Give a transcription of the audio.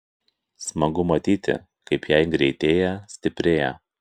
smagu matyti kaip jei greitėja stiprėja